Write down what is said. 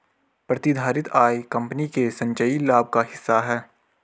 प्रतिधारित आय कंपनी के संचयी लाभ का हिस्सा है